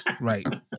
Right